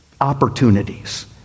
opportunities